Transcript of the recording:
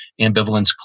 ambivalence